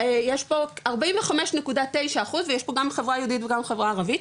יש פה 45.9 אחוז ויש פה גם חברה יהודית וגם חברה ערבית,